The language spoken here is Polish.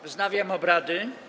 Wznawiam obrady.